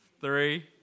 three